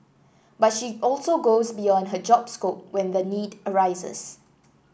but she also goes beyond her job scope when the need arises